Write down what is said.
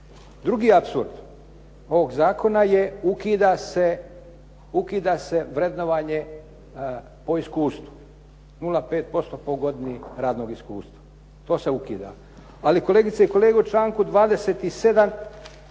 Drugi apsurd ovog zakona je ukida se vrednovanje po iskustvu 0,5% po godini radnog iskustva. To se ukida. Ali kolegice i kolege u članku 27.